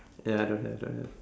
ya don't have don't have